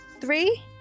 three